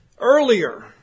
earlier